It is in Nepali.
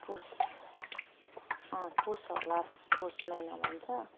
पुस अँ पुस हो लास्ट पुस महिना भन्छ